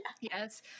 yes